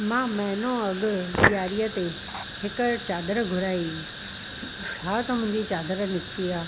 मां महीनो अॻु ॾियारीअ ते हिकु चादरु घुराई छा त मुंहिंजी चादरु निकिती आहे